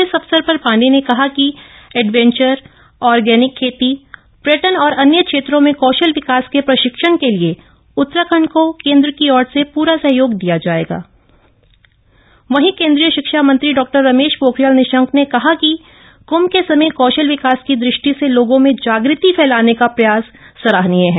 इस अवसर पर डॉ पांडेय ने कहा कि एडवेंचर ऑर्गेनिक खेती पर्यटन और अन्य क्षेत्रों में कौशल विकास के प्रशिक्षण के लिए उत्तराखण्ड को केन्द्र की ओर से पूर सहयोग दिय जा येग वहीं केन्द्रीय शिक्ष मंत्री डॉ रमेश पोखरियाज़ निशंक ने कह कि कृंभ के समय कौशल विकास की दृष्टि से लोगों में जागृति फैलामे का प्रयाप्त सराहनीय है